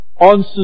on